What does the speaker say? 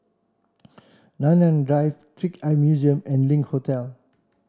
Nanyang Drive Trick Eye Museum and Link Hotel